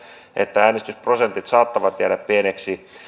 että äänestysprosentit saattavat jäädä pieniksi